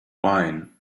wine